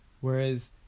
whereas